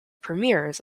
premieres